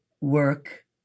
work